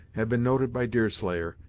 had been noted by deerslayer,